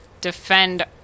defend